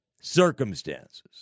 circumstances